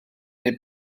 neu